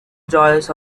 joys